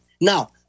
Now